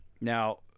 Now